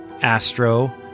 astro